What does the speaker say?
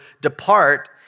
depart